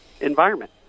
environment